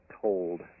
told